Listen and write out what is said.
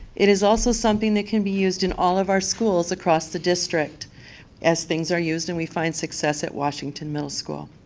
it is also something that can be used in all of our schools across the district as things are used and only find success at washington middle school.